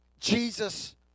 Jesus